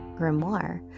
grimoire